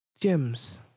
gems